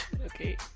Okay